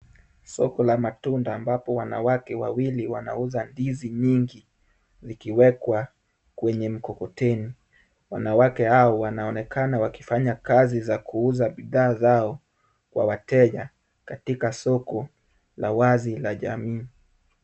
Soko la matunda ambapo wanawake wawili wanauza ndizi nyingi ikiewekwa kwenye mkokoteni. Wanawake hawa wanaonekana wakifanya kazi za kuuza bidhaa zao kwa wateja katika soko la wazi la jamii.